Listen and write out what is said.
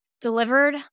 delivered